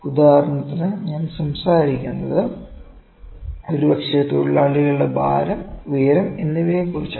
ഉദാഹരണത്തിന് ഞാൻ സംസാരിക്കുന്നത് ഒരുപക്ഷേ തൊഴിലാളികളുടെ ഭാരം ഉയരം എന്നിവയെക്കുറിച്ചാണ്